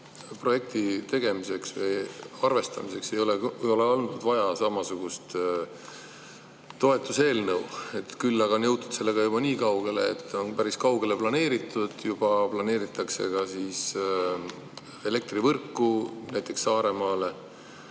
projekti tegemiseks ei ole olnud vaja samasugust toetuse eelnõu, küll aga on jõutud sellega juba niikaugele, et on päris kaugele planeeritud. Juba planeeritakse elektrivõrku näiteks Saaremaale.